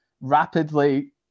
rapidly